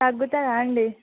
తగ్గుతుందా అండి